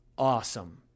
Awesome